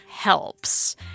helps